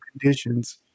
conditions